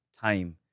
time